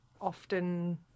often